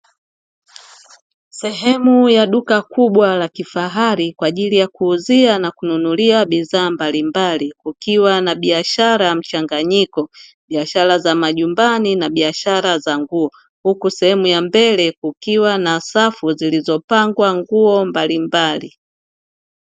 Sehemu ya duka kubwa la kifahari kwaajili ya kuuzia na kununulia bidhaa mbalimbali, kukiwa na biashara mchanganyiko, biashara za majumbani na biashara za nguo huku sehemu ya mbele kukiiwa na safu zilizopangw nguo mbalimbali.